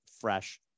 fresh